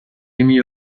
emmy